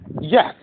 Yes